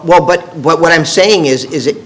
well but what i'm saying is is it